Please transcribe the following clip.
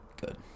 Good